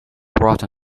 brought